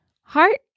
heart